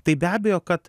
tai be abejo kad